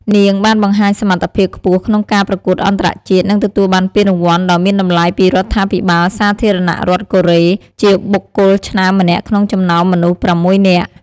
នាងបានបង្ហាញសមត្ថភាពខ្ពស់ក្នុងការប្រកួតអន្តរជាតិ និងទទួលបានពានរង្វាន់ដ៏មានតម្លៃពីរដ្ឋាភិបាលសាធារណរដ្ឋកូរ៉េ ជាបុគ្គលឆ្នើមម្នាក់ក្នុងចំណោមមនុស្ស ៦នាក់។